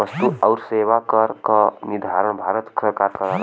वस्तु आउर सेवा कर क निर्धारण भारत सरकार करेला